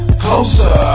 closer